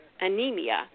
anemia